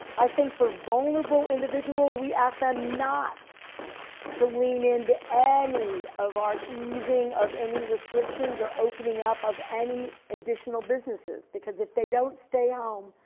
i think for vulnerable individuals we asked them not to lean in to any of our easing of any restrictions or opening up of any additional businesses. if they don't stay um